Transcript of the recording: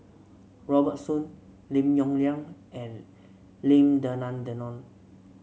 Robert Soon Lim Yong Liang and Lim Denan Denon